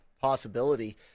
possibility